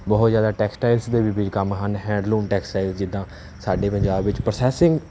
ਬਹੁਤ ਜ਼ਿਆਦਾ ਟੈਕਸਟਾਈਸ ਦੇ ਵੀ ਕੰਮ ਹਨ ਹੈਡਲੂਮ ਟੈਕਸ ਹੈ ਜਿੱਦਾਂ ਸਾਡੇ ਪੰਜਾਬ ਵਿੱਚ ਪ੍ਰੋਸੈਸਿੰਗ